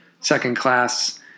second-class